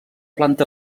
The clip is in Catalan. planta